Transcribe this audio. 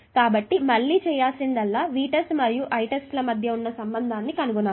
కాబట్టి మళ్ళీ చేయాల్సిందల్లా ఈ Vtest మరియు Itest మధ్య ఉన్న సంబంధం ను కనుగొనాలి